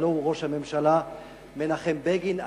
הלוא הוא ראש הממשלה מנחם בגין,